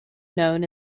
known